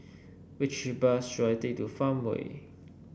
which bus should I take to Farmway